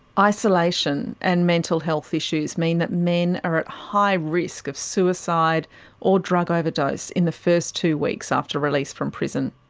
isolation and mental health issues mean that men are at high risk of suicide or drug overdose in the first two weeks after release from prison.